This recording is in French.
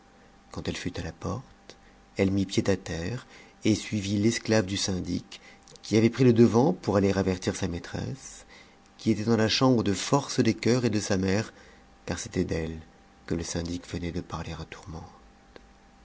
quand elle fut à la porte elle mit pied à terre et suivit l'esclave du syndic qui avait pris le devant pour aller avertir sa maîtresse qui était dans la chambre de force des cœurs et de sa mère car c'était t'ettes que le